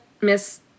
Miss